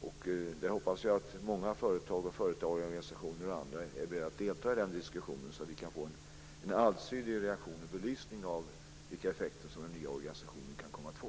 Jag hoppas att många företag och företagarorganisationer och andra är beredda att delta i den diskussionen så att vi kan få en allsidig reaktion och belysning av vilka effekter som den nya organisationen kan komma att få.